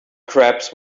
crepes